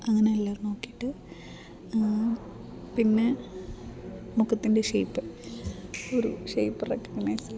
അങ്ങനെയെല്ലാം നോക്കിയിട്ട് പിന്നെ മുഖത്തിൻ്റെ ഷേയ്പ്പ് ഒരു ഷേയ്പ്പ് റെക്കഗ്നൈസ് ചെയ്ത്